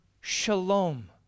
shalom